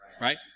right